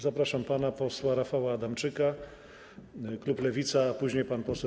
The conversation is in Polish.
Zapraszam pana posła Rafała Adamczyka, klub Lewica, a później pan poseł.